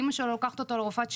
אמא שלו לוקחת אותו לרופאת שיניים,